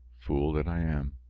fool that i am!